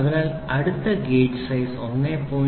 അതിനാൽ അടുത്ത gauge minus 1